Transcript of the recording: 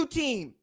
team